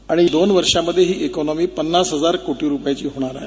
आणि दोन वर्षामध्ये ही इकॉनॉमी पंन्नास हजार कोटी रुपयांची होणार आहे